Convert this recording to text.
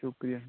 शुक्रिया